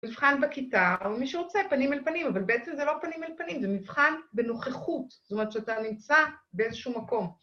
מבחן בכיתה, מי שרוצה, פנים אל פנים, אבל בעצם זה לא פנים אל פנים, זה מבחן בנוכחות. זאת אומרת שאתה נמצא באיזשהו מקום.